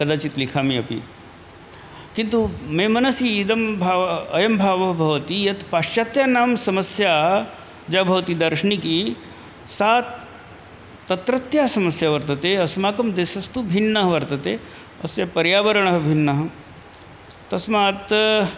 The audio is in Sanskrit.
कदाचित् लिखामि अपि किन्तु मे मनसि इदं भावः अयं भावः भवति यत् पाश्चात्यानां समस्या या भवति दार्शनिकी सा तत्रत्या समस्या वर्तते अस्माकं देशस्तु भिन्नः वर्तते अस्य पर्यावरणः भिन्नः तस्मात्